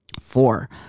Four